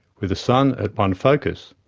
with the sun at one focus.